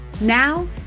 Now